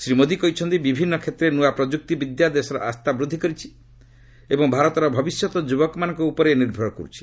ଶ୍ରୀ ମୋଦି କହିଛନ୍ତି ବିଭିନ୍ନ କ୍ଷେତ୍ରରେ ନୂଆ ପ୍ରଯୁକ୍ତି ବିଦ୍ୟା ଦେଶର ଆସ୍ଥା ବୃଦ୍ଧି କରିଛି ଏବଂ ଭାରତର ଭବିଷ୍ୟତ ଯୁବକମାନଙ୍କ ଉପରେ ନିର୍ଭର କରୁଛି